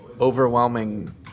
overwhelming